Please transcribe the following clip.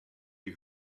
you